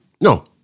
No